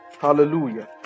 Hallelujah